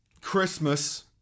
Christmas